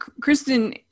Kristen